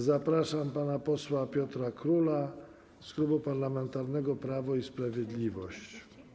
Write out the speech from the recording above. Zapraszam pana posła Piotra Króla z Klubu Parlamentarnego Prawo i Sprawiedliwość.